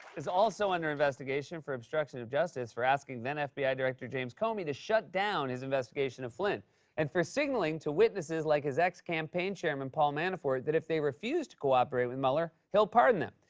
is also under investigation for obstruction of justice for asking then-fbi director james comey to shut down his investigation of flynn and for signaling to witnesses, like his ex-campaign chairman paul manafort that if they refused to cooperate with mueller, he'll pardon them.